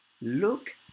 look